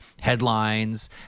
headlines